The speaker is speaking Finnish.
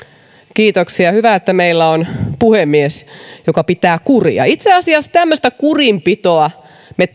kiitoksia hyvä että meillä on puhemies joka pitää kuria itse asiassa tämmöistä kurinpitoa me